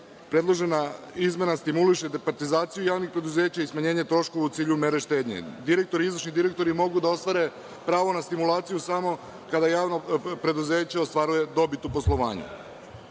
broj. Predložena izmena stimuliše departizaciju javnih preduzeća i smanjenja troškova u cilju mere štednje. Direktori i izvršni direktori mogu da ostvare pravo na stimulaciju samo kada javno preduzeće ostvaruje dobit u